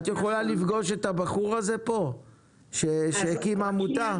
את יכולה לפגוש את הבחור הזה פה שהקים עמותה?